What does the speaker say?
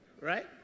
right